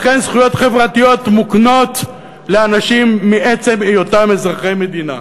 לכן זכויות חברתיות מוקנות לאנשים מעצם היותם אזרחי מדינה.